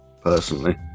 personally